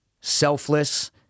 selfless